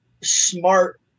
smart